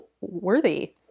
worthy